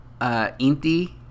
Inti